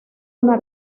una